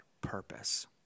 purpose